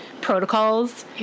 protocols